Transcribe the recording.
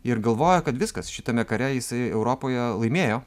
ir galvoja kad viskas šitame kare jisai europoje laimėjo